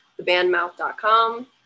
thebandmouth.com